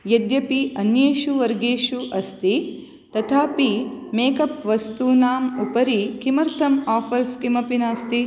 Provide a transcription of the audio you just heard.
यद्यपि अन्येषु वर्गेषु अस्ति तथापि मेक् अप् वस्तूनाम् उपरि किमर्थम् आफ़र्स् किमपि नास्ति